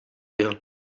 you